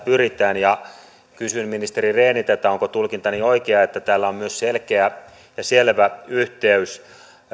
pyritään kysyn ministeri rehniltä onko tulkintani oikea että tällä on myös selkeä ja selvä yhteys